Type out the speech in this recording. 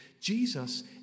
Jesus